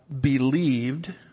believed